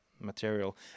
material